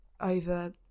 over